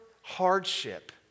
hardship